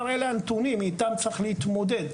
הנתונים, איתם צריך להתמודד.